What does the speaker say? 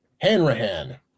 Hanrahan